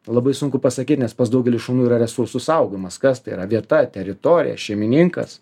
labai sunku pasakyt nes pas daugelį šunų yra resursų saugomas kas tai yra vieta teritorija šeimininkas